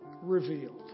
Revealed